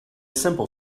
simple